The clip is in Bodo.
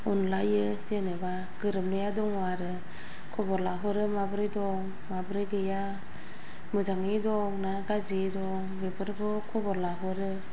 अनलायो जेनेबा गोरोबनाया दं आरो खबर लाहरो माबोरै दं माबोरै गैया मोजाङै दं ना गाज्रियै दं बेफोरखौ खबर लाहरो